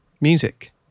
music